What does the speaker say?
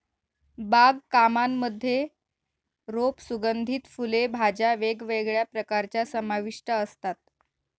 बाग कामांमध्ये रोप, सुगंधित फुले, भाज्या वेगवेगळ्या प्रकारच्या समाविष्ट असतात